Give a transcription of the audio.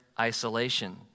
isolation